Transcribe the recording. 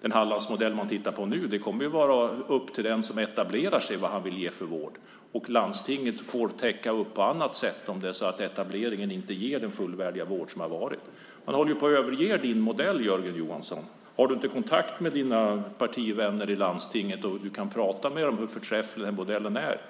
I den Hallandsmodell som man nu tittar på kommer det att vara upp till den som etablerar sig att välja vad det blir för vård. Landstinget får täcka upp på annat sätt om etableringen inte ger sådan fullvärdig vård som har varit. Man håller på att överge din modell, Jörgen Johansson. Har du inte kontakt med dina partivänner i landstinget så att du kan tala om för dem hur förträfflig den modellen är?